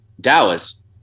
Dallas